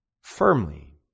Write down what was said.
firmly